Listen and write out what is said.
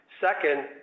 Second